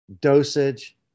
Dosage